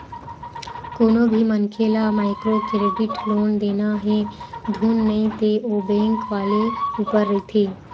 कोनो भी मनखे ल माइक्रो क्रेडिट लोन देना हे धुन नइ ते ओ बेंक वाले ऊपर रहिथे